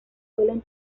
suelen